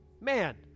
man